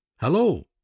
Hello